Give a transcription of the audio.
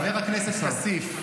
חבר הכנסת כסיף,